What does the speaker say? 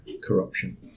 corruption